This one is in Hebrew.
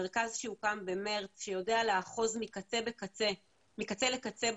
מרכז שהוקם במרץ, שיודע לאחוז מקצה לקצה בשירות